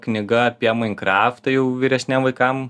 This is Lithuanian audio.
knyga apie main kraftą jau vyresniem vaikam